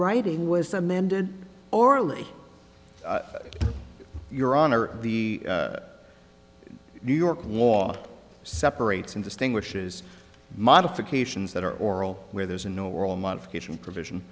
writing was amended orally your honor the new york law separates and distinguishes modifications that are oral where there's an oral modification provision